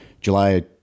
July